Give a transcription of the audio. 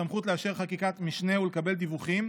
בסמכות לאשר חקיקת משנה ולקבל דיווחים,